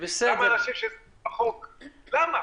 למה?